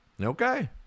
Okay